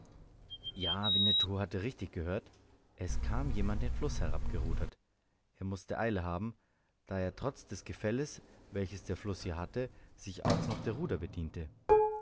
ja winnetou hatte richtig gehört es kam jemand den fluß herabgerudert er mußte eile haben da er trotz des gefälles welches der fluß hier hatte sich auch noch der ruder bediente